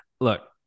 look